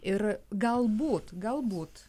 ir galbūt galbūt